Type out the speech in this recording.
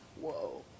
Whoa